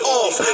off